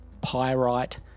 pyrite